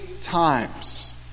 times